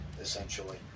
essentially